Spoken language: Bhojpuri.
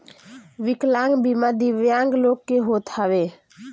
विकलांग बीमा दिव्यांग लोग के होत हवे